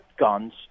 guns